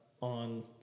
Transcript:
on